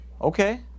Okay